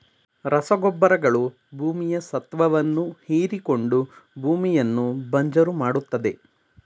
ರಸಗೊಬ್ಬರಗಳು ಭೂಮಿಯ ಸತ್ವವನ್ನು ಹೀರಿಕೊಂಡು ಭೂಮಿಯನ್ನು ಬಂಜರು ಮಾಡತ್ತದೆ